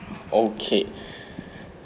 okay